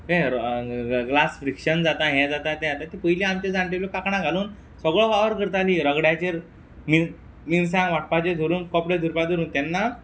तें रॉ ग्लास फ्रिक्शन जाता हें जाता तें जाता तीं पयलीं आमचे जाण्टेल्यो कांकणां घालून सगळो वावर करतालीं रगड्याचेर बीन मिरसांग वांटपाचें धरून कपडे धुवपा धरून तेन्ना